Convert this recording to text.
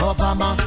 Obama